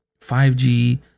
5g